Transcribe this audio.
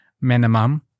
minimum